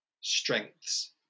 strengths